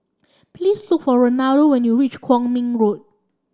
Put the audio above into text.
please look for Ronaldo when you reach Kwong Min Road